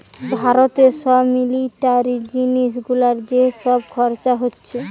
ভারতে সব মিলিটারি জিনিস গুলার যে সব খরচ হতিছে